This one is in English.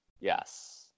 Yes